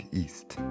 east